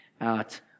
out